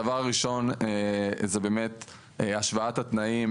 הדבר הראשון זה באמת השוואת התנאים